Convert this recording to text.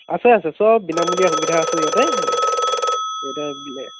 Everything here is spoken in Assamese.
আছে আছে চব বিনামূলীয়া সুবিধা আছে ইয়াতে সেই ইয়াতে